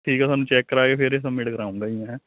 ਠੀਕ ਆ ਸਾਨੂੰ ਚੈੱਕ ਕਰਾ ਕੇ ਫੇਰ ਸਬਮਿਟ ਕਰਾਉਂਗਾ ਜੀ ਹੈਂ